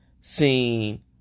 seen